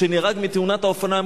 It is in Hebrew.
שנהרג בתאונת האופנוע,